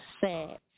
sad